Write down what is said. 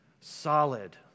solid